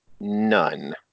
none